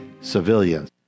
civilians